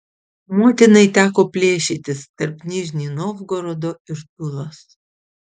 motinai teko plėšytis tarp nižnij novgorodo ir tulos